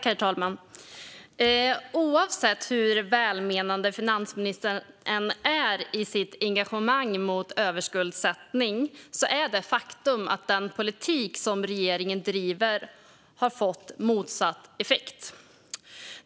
Herr talman! Hur välmenande finansministern än är i sitt engagemang mot överskuldsättning är det ett faktum att den politik som regeringen driver har fått motsatt effekt.